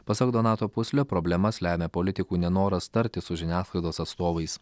pasak donato puslio problemas lemia politikų nenoras tartis su žiniasklaidos atstovais